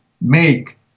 make